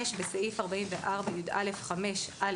בסעיף 44יא5(א),